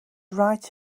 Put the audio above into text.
right